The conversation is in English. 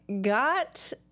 got